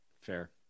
fair